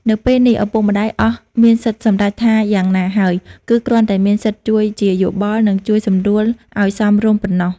នៅពេលនេះ ឪពុកម្ដាយអស់មានសិទ្ធិសម្រេចជាយ៉ាងណាហើយ គឺគ្រាន់តែមានសិទ្ធិជួយជាយោបល់ និងជួយសម្រួលឲ្យសមរម្យប៉ុណ្ណោះ ។